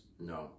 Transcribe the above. No